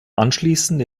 anschließend